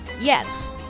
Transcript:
Yes